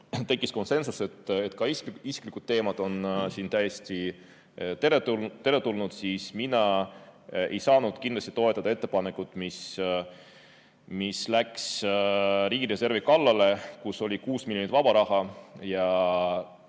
tekkis konsensus, et ka isiklikud teemad on täiesti teretulnud, siis mina ei saanud kindlasti toetada ettepanekut, mis läks riigireservi kallale, kus oli 6 miljonit vaba raha, ja